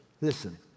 Listen